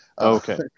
Okay